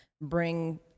bring